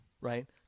Right